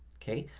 okay?